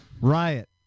Riot